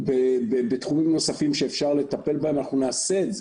בתחומים נוספים שאפשר לטפל בהם אנחנו נעשה את זה.